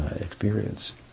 experience